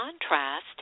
contrast